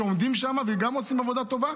שעומדים שם וגם עושים עבודה טובה,